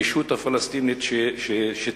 הישות הפלסטינית שתקום.